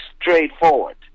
straightforward